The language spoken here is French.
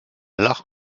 l’art